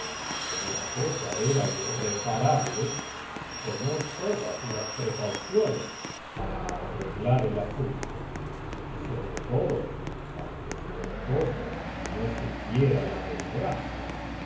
como la cosa era irreparable tomó todas las precauciones para arreglar el asunto y sobre todo para que su esposo no supiera la desgracia